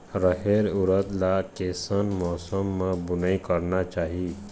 रहेर उरद ला कैसन मौसम मा बुनई करना चाही?